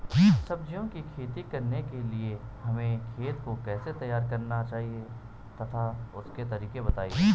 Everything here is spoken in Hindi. सब्जियों की खेती करने के लिए हमें खेत को कैसे तैयार करना चाहिए तथा उसके तरीके बताएं?